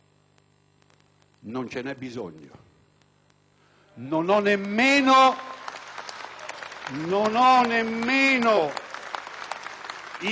Non ho nemmeno introdotto alcun riferimento alla Chiesa cattolica,